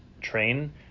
train